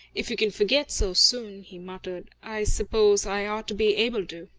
if you can forget so soon, he muttered, i suppose i ought to be able to.